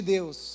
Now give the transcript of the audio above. Deus